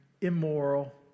immoral